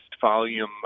volume